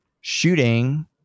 shooting